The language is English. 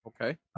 Okay